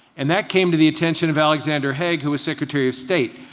and that came to the attention of alexander hague who was secretary of state.